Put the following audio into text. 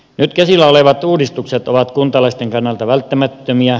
nyt käsillä olevat uudistukset ovat kuntalaisten kannalta välttämättömiä